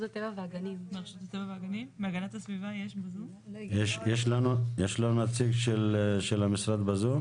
יש לנו נציג של המשרד בזום?